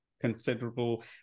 Considerable